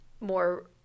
more